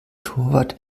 torwart